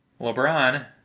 LeBron